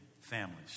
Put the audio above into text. families